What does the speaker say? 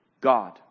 God